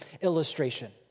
illustration